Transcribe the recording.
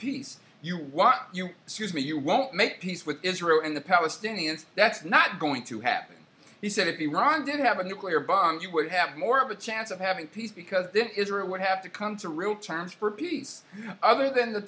peace you while you souse me you won't make peace with israel and the palestinians that's not going to happen he said if the ryan did have a nuclear bomb you would have more of a chance of having peace because israel would have to come to real terms for peace other than the